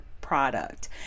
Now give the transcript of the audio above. product